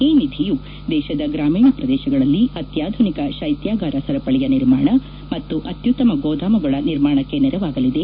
ಈ ನಿಧಿಯು ದೇಶದ ಗ್ರಾಮೀಣ ಪ್ರದೇಶಗಳಲ್ಲಿ ಅತ್ಯಾಧುನಿಕ ಕೈತ್ಯಾಗಾರ ಸರಪಳಿಯ ನಿರ್ಮಾಣ ಮತ್ತು ಅತ್ಯುತ್ತಮ ಗೋದಾಮುಗಳ ನಿರ್ಮಾಣಕ್ಕೆ ನೆರವಾಗಲಿದೆ